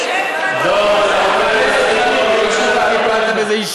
אתם גורמים לכך שיתנגדו לזה,